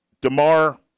DeMar